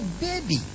baby